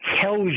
tells